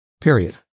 period